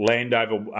Landover